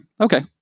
Okay